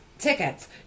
Tickets